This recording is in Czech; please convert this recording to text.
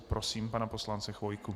Prosím pana poslance Chvojku.